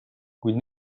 kuid